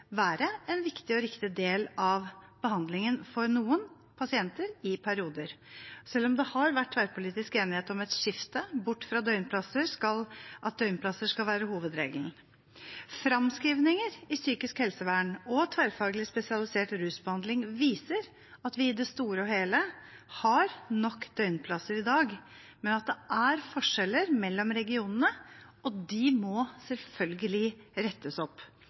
være en viktig og riktig del av behandlingen for noen pasienter i perioder – selv om det har vært tverrpolitisk enighet om et skifte bort fra at døgnplasser skal være hovedregelen. Framskrivinger i psykisk helsevern og tverrfaglig spesialisert rusbehandling viser at vi i det store og hele har nok døgnplasser i dag, men at det er forskjeller mellom regionene, og de må selvfølgelig rettes opp.